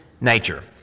nature